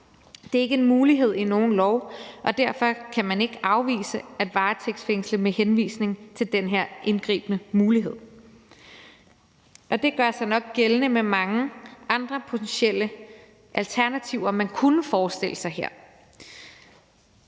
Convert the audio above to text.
det er ikke en mulighed i nogen lov, og derfor kan man ikke afvise at varetægtsfængsle med henvisning til den her indgribende mulighed, og det gør sig nok også gældende med mange andre potentielle alternativer, man her kunne forestille sig.